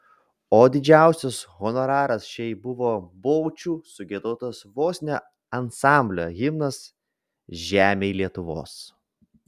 o didžiausias honoraras šiai buvo bočių sugiedotas vos ne ansamblio himnas žemėj lietuvos